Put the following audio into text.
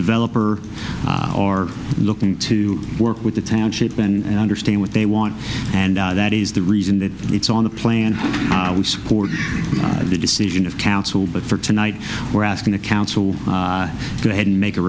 developer or looking to work with the township and understand what they want and that is the reason that it's on the plan for the decision of council but for tonight we're asking the council go ahead and make a